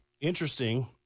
Interesting